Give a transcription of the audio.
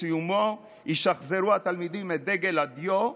ובסיומו ישחזרו התלמידים את דגל הדיו,